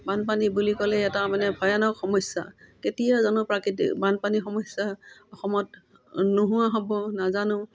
বানপানী বুলি ক'লে এটা মানে ভয়ানক সমস্যা কেতিয়া জানো প্ৰাকৃতিক বানপানী সমস্যা অসমত নোহোৱা হ'ব নাজানো